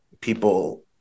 people